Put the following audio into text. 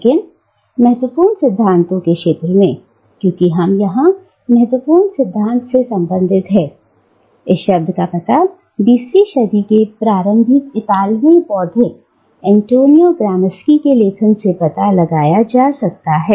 लेकिन महत्वपूर्ण सिद्धांत के क्षेत्र में क्योंकि हम यहां महत्वपूर्ण सिद्धांत से संबंधित हैं इस शब्द का पता बीसवीं शताब्दी के प्रारंभिक इतालवी बौद्धिक एंटोनियो ग्रामस्की के लेखन से पता लगाया जा सकता है